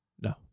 No